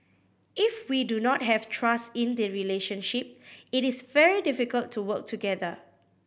if we do not have trust in the relationship it is very difficult to work together